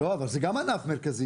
לא, אבל זה גם ענף מרכזי.